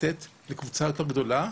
לתת לקבוצה יותר גדולה,